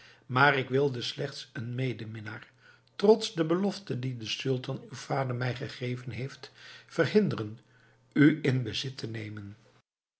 maar ik wilde slechts een medeminnaar trots de belofte die de sultan uw vader mij gegeven heeft verhinderen u in bezit te nemen